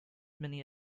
many